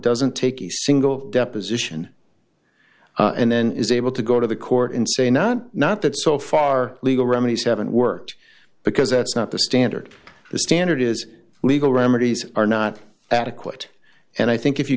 doesn't take a single deposition and then is able to go to the court and say not not that so far legal remedies haven't worked because that's not the standard the standard is legal remedies are not adequate and i think if you